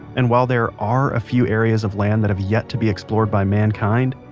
and while there are a few areas of land that have yet to be explored by mankind,